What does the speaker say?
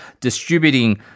distributing